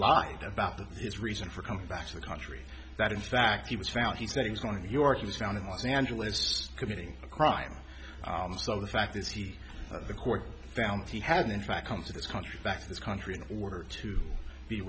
lied about his reason for coming back to the country that in fact he was found he said he was going to york he was found in los angeles committing crime so the fact is he the court found he had in fact come to this country back to this country in order to be